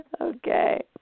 Okay